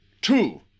Two